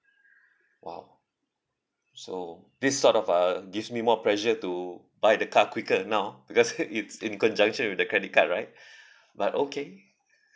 !wow! so this sort of uh gives me more pressure to buy the car quicker now because it's in conjunction with the credit card right but okay